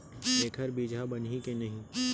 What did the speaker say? एखर बीजहा बनही के नहीं?